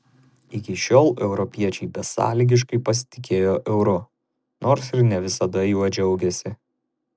iki šiol europiečiai besąlygiškai pasitikėjo euru nors ir ne visada juo džiaugėsi